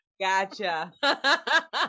Gotcha